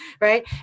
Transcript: right